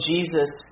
Jesus